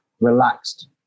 relaxed